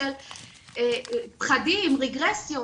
רגרסיות.